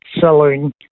selling